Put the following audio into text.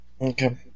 Okay